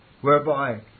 whereby